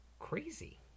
crazy